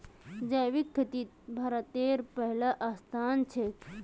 जैविक खेतित भारतेर पहला स्थान छे